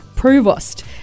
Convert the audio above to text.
Provost